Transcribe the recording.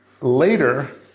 later